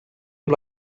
amb